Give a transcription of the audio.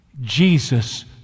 Jesus